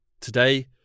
Today